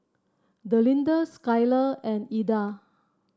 Delinda Skyla and Eda